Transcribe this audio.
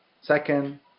Second